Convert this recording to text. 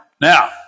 Now